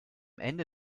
ende